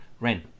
ren